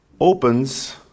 Opens